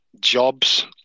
Jobs